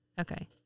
Okay